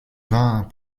vint